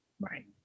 Right